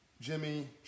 Jimmy